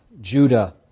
Judah